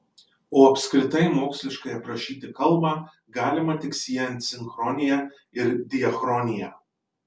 o apskritai moksliškai aprašyti kalbą galima tik siejant sinchronija ir diachroniją